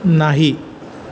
नाही